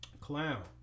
clown